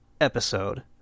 episode